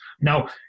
Now